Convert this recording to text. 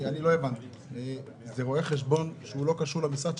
זה רואה חשבון שלא קשור למשרד,